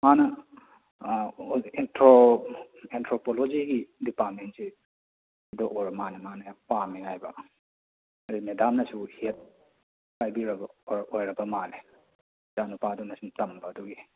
ꯃꯥꯅ ꯑꯦꯟꯊ꯭ꯔꯣ ꯑꯦꯟꯊ꯭ꯔꯣꯄꯣꯂꯣꯖꯤꯒꯤ ꯗꯤꯄꯥꯔꯠꯃꯦꯟꯁꯤꯗ ꯑꯣꯏꯔ ꯃꯥꯟꯅꯦ ꯃꯥꯅ ꯌꯥꯝ ꯄꯥꯝꯃꯦ ꯍꯥꯏꯕ ꯑꯗꯨ ꯃꯦꯗꯥꯝꯅꯁꯨ ꯍꯦꯗ ꯄꯥꯏꯕꯤꯔꯕ ꯑꯣꯏꯔꯕ ꯃꯥꯜꯂꯦ ꯏꯆꯥ ꯅꯨꯄꯥꯗꯨꯅ ꯁꯨꯝ ꯇꯝꯕ ꯑꯗꯨꯒꯤ